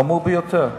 חמור ביותר.